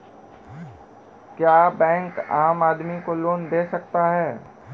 क्या बैंक आम आदमी को लोन दे सकता हैं?